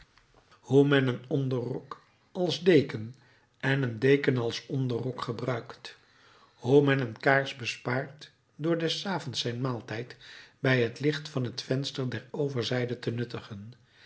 hoe men een onderrok als deken en een deken als onderrok gebruikt hoe men een kaars bespaart door des avonds zijn maaltijd bij het licht van het venster der overzijde te nuttigen